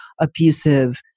abusive